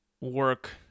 work